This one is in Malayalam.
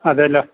അതേല്ലൊ